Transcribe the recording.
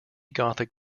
gothic